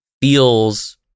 feels